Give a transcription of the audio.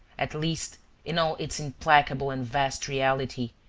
at least in all its implacable and vast reality,